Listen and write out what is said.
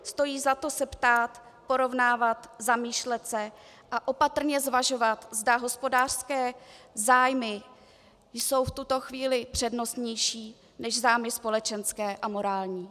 Stojí za to se ptát, porovnávat, zamýšlet se a opatrně zvažovat, zda hospodářské zájmy jsou v tuto chvíli přednostnější než zájmy společenské a morální.